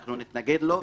אנחנו נתנגד לו,